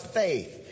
faith